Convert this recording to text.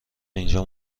اینجا